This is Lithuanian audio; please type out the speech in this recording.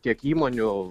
tiek įmonių